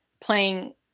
playing